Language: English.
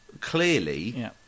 clearly